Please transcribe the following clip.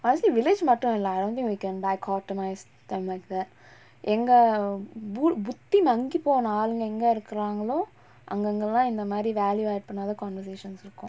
lastly village மட்டும் இல்ல:mattum illa I don't think we can buy cordon mize the make a எங்க:enga poo~ புத்தி மங்கி போன ஆளுங்க எங்க இருக்குறாங்களோ அங்க அங்கலா இந்தமாரி:puthi mangi pona aalunga enga irukkuraangalo anga angalaa inthamaari value add பண்ணாத:pannaatha conversations இருக்கு:irukku